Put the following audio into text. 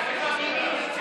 נרצחו עוד שתי נשים ערביות.